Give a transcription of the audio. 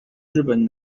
日本